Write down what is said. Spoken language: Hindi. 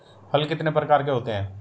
हल कितने प्रकार के होते हैं?